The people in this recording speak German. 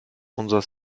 unser